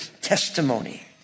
testimony